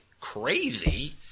crazy